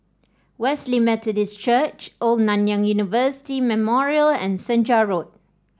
Wesley Methodist Church Old Nanyang University Memorial and Senja Road